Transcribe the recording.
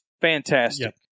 fantastic